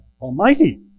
Almighty